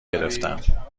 گرفتم